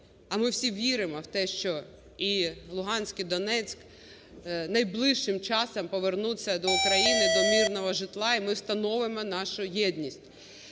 а ми все віримо в те, що і Луганськ, і Донецьк найближчим часом повернуться до України, до мирного житла і ми встановимо нашу єдність.